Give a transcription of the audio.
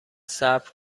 صبر